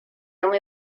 only